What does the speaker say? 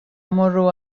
mmorru